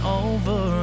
over